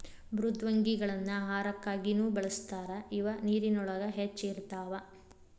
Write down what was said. ಮೃದ್ವಂಗಿಗಳನ್ನ ಆಹಾರಕ್ಕಾಗಿನು ಬಳಸ್ತಾರ ಇವ ನೇರಿನೊಳಗ ಹೆಚ್ಚ ಇರತಾವ